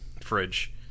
fridge